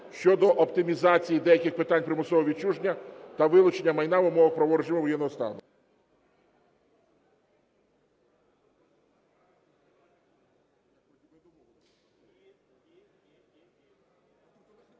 щодо оптимізації деяких питань примусового відчуження та вилучення майна в умовах правового режиму воєнного стану.